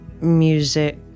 music